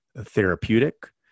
therapeutic